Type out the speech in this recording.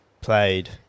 played